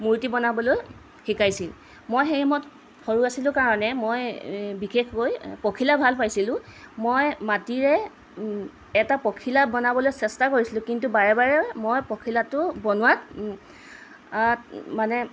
মূৰ্তি বনাবলৈ শিকাইছিল মই সেই সময়ত সৰু আছিলোঁ কাৰণে মই বিশেষকৈ পখিলা ভাল পাইছিলোঁ মই মাটিৰে এটা পখিলা বনাবলৈ চেষ্টা কৰিছিলোঁ কিন্তু বাৰে বাৰে মই পখিলাটো বনোৱাত মানে